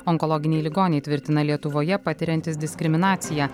onkologiniai ligoniai tvirtina lietuvoje patiriantys diskriminaciją